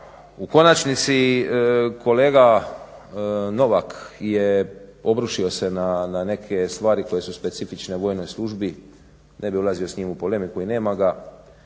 U konačnici, kolega Novak je obrušio se na neke stvari koje su specifične u vojnoj službi, ne bih ulazio s njim u polemiku i nema ga,